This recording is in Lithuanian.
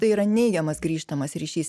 tai yra neigiamas grįžtamas ryšys